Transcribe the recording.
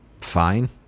fine